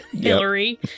hillary